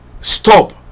stop